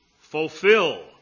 fulfill